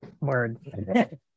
word